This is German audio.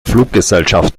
fluggesellschaft